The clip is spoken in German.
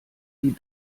die